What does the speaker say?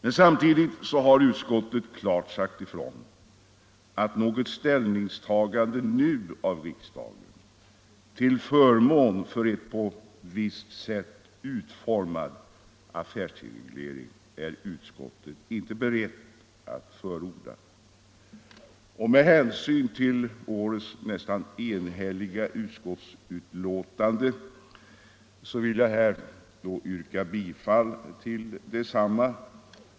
Men samtidigt har utskottet klart sagt ifrån att något ställningstagande nu av riksdagen, till förmån för en på visst sätt utformad affärstidsreglering, är utskottet inte berett att förorda. Med hänsyn till årets nästan enhälliga utskottsbetänkande vill jag här yrka bifall till detsamma.